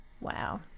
Wow